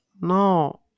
No